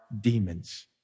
demons